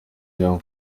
cyangwa